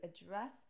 address